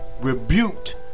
rebuked